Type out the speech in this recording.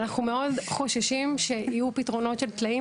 ואנחנו מאוד חוששים שיהיו פתרונות שהם טלאים,